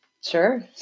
Sure